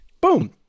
Boom